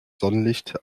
sonnenlicht